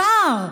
השר,